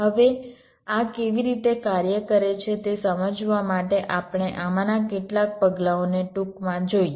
હવે આ કેવી રીતે કાર્ય કરે છે તે સમજવા માટે આપણે આમાંના કેટલાક પગલાંઓને ટૂંકમાં જોઈએ